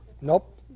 nope